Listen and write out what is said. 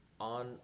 on